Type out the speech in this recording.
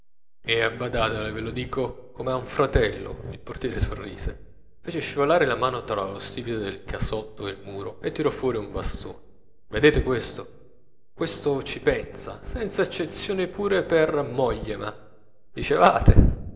e abbadatele ve lo dico come a un fratello il portiere sorrise fece scivolar la mano tra lo stipite del casotto e il muro e tirò fuori un bastone vedete questo questo ci pensa senza eccezione pure per mògliema dicevate